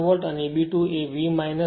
અને Eb 2 એ V 18